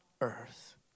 earth